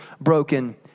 broken